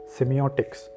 Semiotics